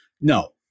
no